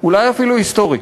אולי אפילו היסטורי.